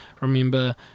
remember